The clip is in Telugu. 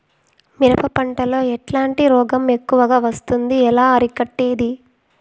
మిరప పంట లో ఎట్లాంటి రోగం ఎక్కువగా వస్తుంది? ఎలా అరికట్టేది?